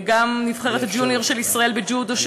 גם נבחרת הג'וניור של ישראל בג'ודו,